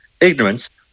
ignorance